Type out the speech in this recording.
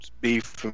beef